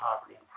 poverty